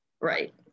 Right